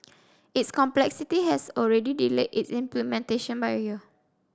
its complexity has already delayed its implementation by a year